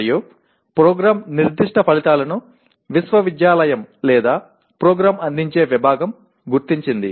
మరియు ప్రోగ్రామ్ నిర్దిష్ట ఫలితాలను విశ్వవిద్యాలయం లేదా ప్రోగ్రాం అందించే విభాగం గుర్తించింది